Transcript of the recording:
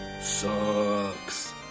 sucks